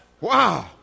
Wow